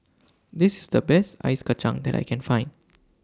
This IS The Best Ice Kachang that I Can Find